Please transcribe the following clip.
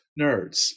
nerds